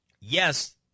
Yes